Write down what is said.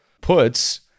Puts